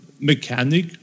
mechanic